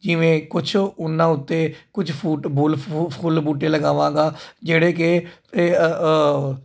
ਜਿਵੇਂ ਕੁਛ ਉਹਨਾਂ ਉੱਤੇ ਕੁਝ ਫੂਟ ਬੋਲ ਫੁੱਲ ਬੂਟੇ ਲਗਾਵਾਂਗਾ ਜਿਹੜੇ ਕਿ